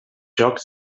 jocs